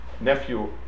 nephew